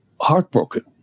heartbroken